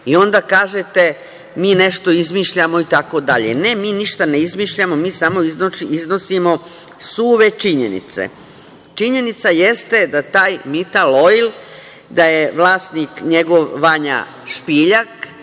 Onda kažete da mi nešto izmišljamo itd. Ne, mi ništa ne izmišljamo, mi samo iznosimo suve činjenice. Činjenica jeste da taj „Mitan Oil“, da je vlasnik njegov Vanja Špiljak